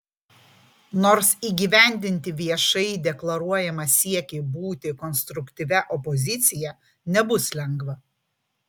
nors įgyvendinti viešai deklaruojamą siekį būti konstruktyvia opozicija nebus lengva